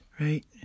Right